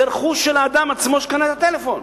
זה רכוש של האדם עצמו, שקנה את הטלפון.